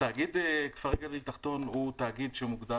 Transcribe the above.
תאגיד כפרי גליל תחתון הוא תאגיד שמוגדר